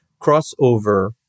crossover